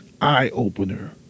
eye-opener